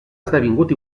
esdevingut